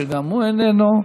שגם הוא איננו נוכח.